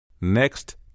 Next